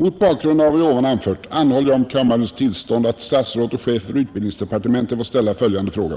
Mot bakgrund av vad jag anfört anhåller jag om kammarens tillstånd att till herr utbildningsministern få ställa följande fråga;